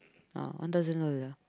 ah one thousand dollar